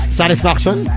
satisfaction